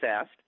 asked